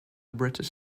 british